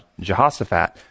Jehoshaphat